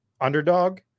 underdog